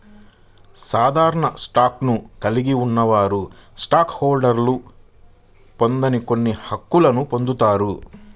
సాధారణ స్టాక్ను కలిగి ఉన్నవారు స్టాక్ హోల్డర్లు పొందని కొన్ని హక్కులను పొందుతారు